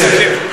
אני אסכם.